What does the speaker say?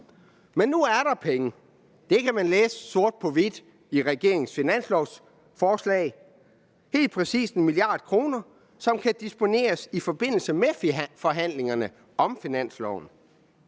Men nu er der penge. Det kan man læse sort på hvidt i regeringens finanslovsforslag. Helt præcis er der 1 mia. kr., som kan disponeres i forbindelse med forhandlingerne om finansloven.